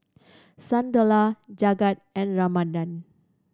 Sunderlal Jagat and Ramanand